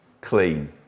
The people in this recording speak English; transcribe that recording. clean